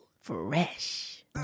Fresh